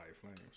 flames